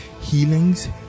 healings